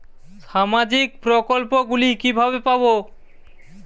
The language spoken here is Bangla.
সামাজিক প্রকল্প গুলি কিভাবে পাব?